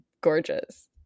gorgeous